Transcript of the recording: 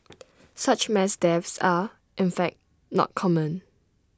such mass deaths are in fact not common